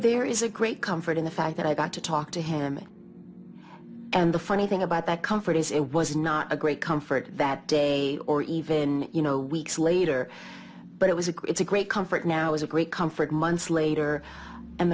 there is a great comfort in the fact that i got to talk to him and the funny thing about that comfort is it was not a great comfort that day or even you know weeks later but it was a good it's a great comfort now is a great comfort months later and